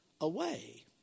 away